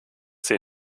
sie